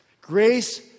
Grace